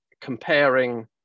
comparing